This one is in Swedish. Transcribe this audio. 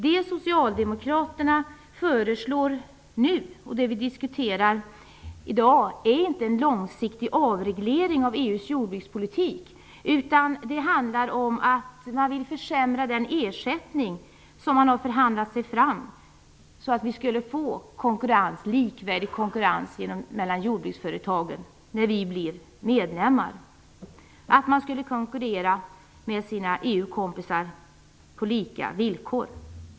Det socialdemokraterna föreslår nu - det vi diskuterar i dag - är inte en långsiktig avreglering av EU:s jordbrukspolitik. Det handlar om att vilja försämra den ersättning som vi har förhandlat oss fram till för att få likvärdig konkurrens mellan jordbruksföretagen när vi blir medlemmar. Vi skulle konkurrera med våra EU-kompisar på lika villkor.